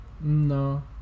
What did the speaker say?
No